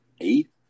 Eight